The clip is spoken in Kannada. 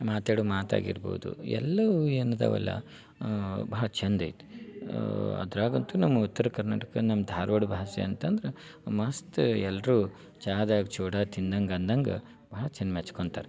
ಮಾತ್ಯಾಡೋ ಮಾತಾಗಿರ್ಬೋದು ಎಲ್ಲವೂ ಏನು ಇದಾವಲ್ಲ ಭಾಳ ಚಂದೈತಿ ಅದ್ರಾಗಂತೂ ನಮ್ಮ ಉತ್ತರ ಕರ್ನಾಟಕ ನಮ್ಮ ಧಾರ್ವಾಡ ಭಾಷೆ ಅಂತಂದ್ರೆ ಮಸ್ತು ಎಲ್ಲರೂ ಚಹಾದಾಗ ಚೂಡ ತಿನ್ನಂಗೆ ಅಂದಂಗ ಭಾಳ ಜನ ಮೆಚ್ಕೊಂತಾರೆ